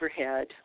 overhead